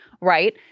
Right